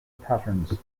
patterns